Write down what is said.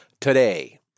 today